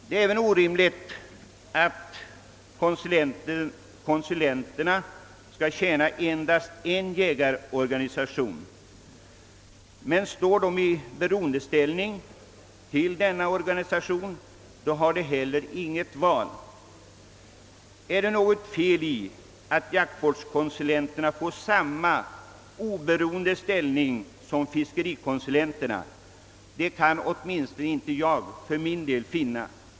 Det är orimligt att konsulenterna skall tjäna endast en jägarorganisation. Men står de i beroendeställning till denna organisation har de heller inget val. Är det något fel i att jaktvårdskonsulenterna får samma oberoende ställning som fiskerikonsulenterna? Det kan åtminstone inte jag finna.